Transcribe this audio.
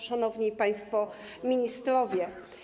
Szanowni Państwo Ministrowie!